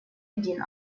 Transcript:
один